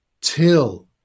till